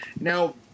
Now